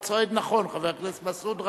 חבר הכנסת מסעוד גנאים,